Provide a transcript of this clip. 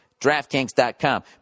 DraftKings.com